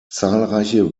zahlreiche